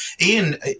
Ian